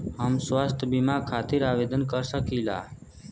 हम स्वास्थ्य बीमा खातिर आवेदन कर सकीला?